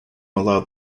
allowed